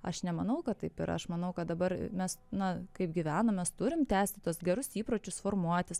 aš nemanau kad taip yra aš manau kad dabar mes na kaip gyvenom mes turim tęsti tuos gerus įpročius formuotis